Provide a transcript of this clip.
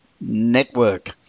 network